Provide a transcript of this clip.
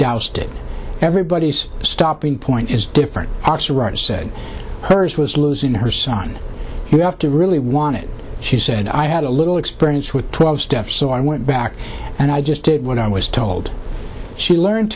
doused it everybody's stopping point is different officer wright said hers was losing her son you have to really want it she said i had a little experience with twelve steps so i went back and i just did what i was told she learned